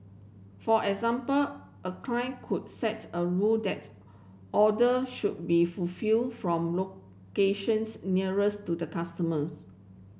for example a client could sets a rule that's order should be fulfilled from locations nearest to customers